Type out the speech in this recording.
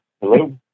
Hello